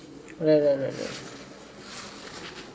right right right right